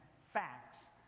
facts